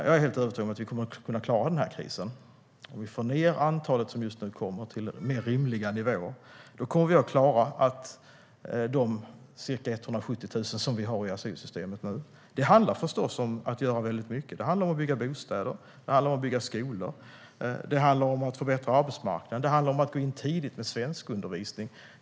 Jag är helt övertygad om att vi kommer att kunna klara den här krisen. Om vi får ned antalet som kommer nu till mer rimliga nivåer kommer vi att klara de ca 170 000 som vi har i asylsystemet nu. Det handlar förstås om att göra väldigt mycket. Det handlar om att bygga bostäder. Det handlar om att bygga skolor. Det handlar om att förbättra arbetsmarknaden. Det handlar om att gå in tidigt med svenskundervisning.